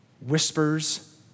whispers